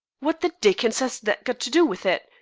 what the dickens has that got to do with it?